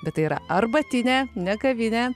bet tai yra arbatinė ne kavinė